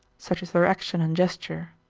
such is their action and gesture.